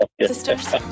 Sisters